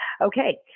Okay